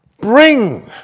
bring